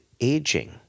aging